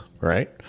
Right